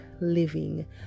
living